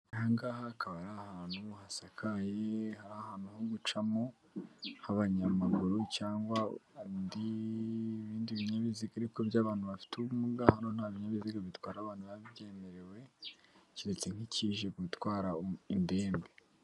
Aha ngaha akaba ari ahantu hasakaye akaba ari ahantu ho gucamo h'abanyamaguru cyangwa ibindi binyabiziga ariko by'abantu bafite ubumuga hano nta binyabiziga bitwara abana bibabyemerewe keretse nk'ikije gutwara indembe.